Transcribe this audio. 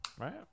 Right